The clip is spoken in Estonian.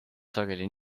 sageli